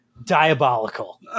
Diabolical